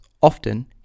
Often